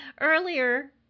Earlier